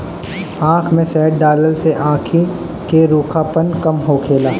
आँख में शहद डालला से आंखी के रूखापन कम होखेला